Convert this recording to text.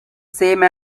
same